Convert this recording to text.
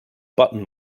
button